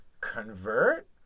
convert